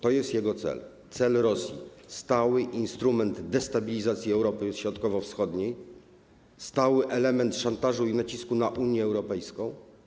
To jest jego cel, cel Rosji: stały instrument destabilizacji Europy Środkowo-Wschodniej, stały element szantażu i nacisku na Unię Europejską.